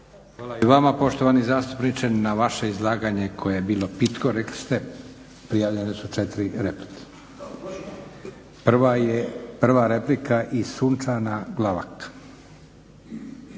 Hvala i vama poštovani zastupniče. Na vaše izlaganje koje je bilo pitko, rekli ste, prijavljene su 4 replike. Prva je, prva replika i Sunčana Glavak.